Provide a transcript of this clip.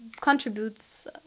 contributes